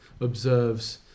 observes